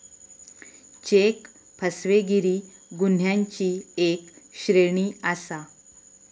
check फसवेगिरी गुन्ह्यांची एक श्रेणी आसा